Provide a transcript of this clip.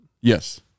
yes